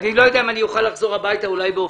אני לא יודע אם אני אוכל לחזור הביתה אלא אולי באופניים,